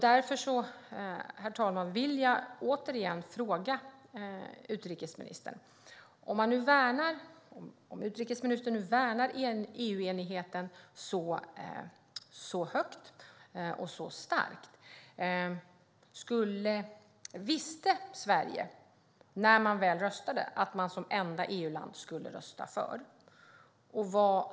Därför, herr talman, vill jag återigen fråga utrikesministern: Om utrikesministern nu värnar EU-enigheten så starkt, visste Sverige, när man väl röstade, att man som enda EU-land skulle rösta för?